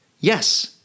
Yes